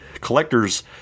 collector's